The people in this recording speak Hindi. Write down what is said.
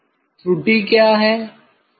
त्रुटि क्या है